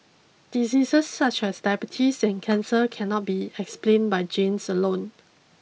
diseases such as diabetes and cancer cannot be explained by genes alone